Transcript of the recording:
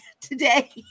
today